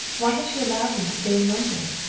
why had she allowed him to stay in london?